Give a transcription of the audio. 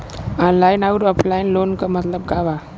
Online अउर offline loan क मतलब का बा?